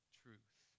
truth